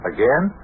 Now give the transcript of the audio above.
Again